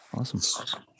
Awesome